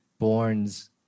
borns